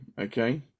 okay